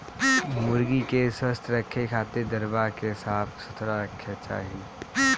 मुर्गी के स्वस्थ रखे खातिर दरबा के साफ सुथरा रखे के चाही